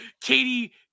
katie